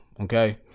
Okay